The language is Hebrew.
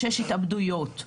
שש התאבדויות.